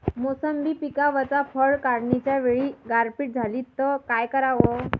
मोसंबी पिकावरच्या फळं काढनीच्या वेळी गारपीट झाली त काय कराव?